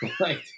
right